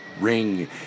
ring